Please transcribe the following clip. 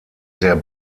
sehr